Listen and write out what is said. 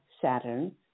Saturn